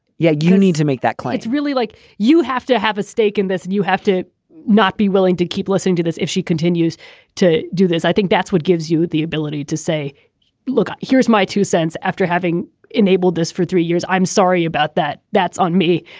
yeah you need to make that clients really like you have to have a stake in this. and you have to not be willing to keep listening to this. if she continues to do this i think that's what gives you the ability to say look here's my two cents. after having enabled this for three years i'm sorry about that. that's on me.